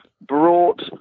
brought